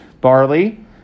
barley